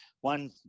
One